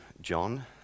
John